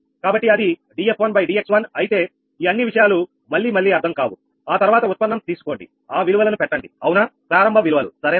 కాబట్టి అది df1dx1అయితే ఈ అన్ని విషయాలు మళ్లీ మళ్లీ అర్థం కావు ఆ తర్వాత ఉత్పన్నం తీసుకోండి ఆ విలువలను పెట్టండి అవునా ప్రారంభ విలువలు సరేనా